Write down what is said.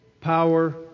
power